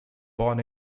born